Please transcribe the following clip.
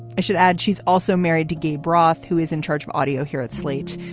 i should add she's also married to gay broth, who is in charge of audio here at slate.